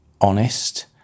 honest